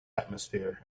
atmosphere